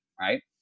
right